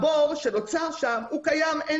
הבור שנוצר שם הוא בכל מקרה קיים.